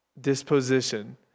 disposition